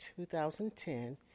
2010